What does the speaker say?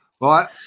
Right